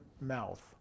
mouth